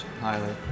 highly